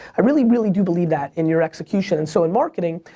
i really, really do believe that, in your execution, and so in marketing,